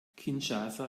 kinshasa